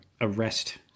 arrest